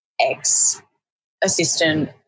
ex-assistant